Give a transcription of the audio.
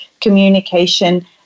communication